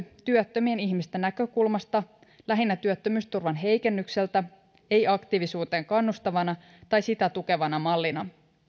työttömien ihmisten näkökulmasta lähinnä työttömyysturvan heikennykseltä ei aktiivisuuteen kannustavalta tai sitä tukevalta mallilta